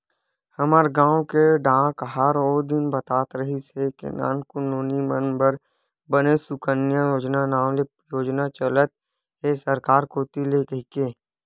हमर गांव के डाकहार ओ दिन बतात रिहिस हे के नानकुन नोनी मन बर बने सुकन्या योजना नांव ले योजना चलत हे सरकार कोती ले कहिके